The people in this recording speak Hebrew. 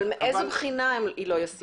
מאיזו בחינה היא לא ישימה?